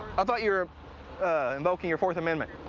i thought you were invoking your fourth amendment.